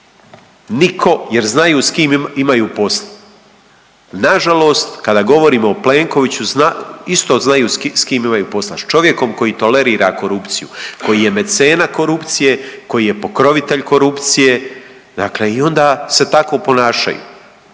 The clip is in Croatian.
nitko, jer znaju s kim imaju posla. Nažalost kada govorimo o Plenkoviću, isto znaju s kim imaju posla. S čovjekom koji tolerira korupciju, koji je mecena korupcije, koji je pokrovitelj korupcije, dakle i onda se tako ponašaju.